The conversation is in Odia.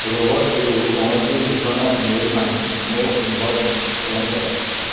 ରୋବଟ୍ରୁ କୌଣସି ନୂତନ ଇମେଲ୍ ପାଇଁ ମୋ ଇନବକ୍ସ୍ ସ୍କାନ୍ କର